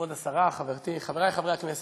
כבוד השרה, חברתי, חברי חברי הכנסת,